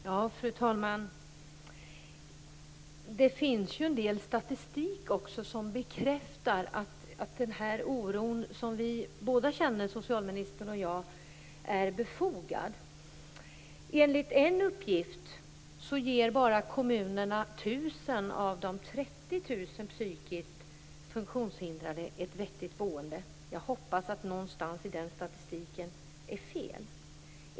Fru talman! Det finns en del statistik som bekräftar den oro som både socialministern och jag känner är befogad. Enligt en uppgift ger kommunerna bara 1 000 av de 30 000 psykiskt funktionshindrade ett vettigt boende. Jag hoppas att något i den statistiken är fel.